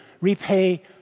Repay